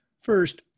First